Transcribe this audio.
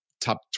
top